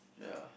ya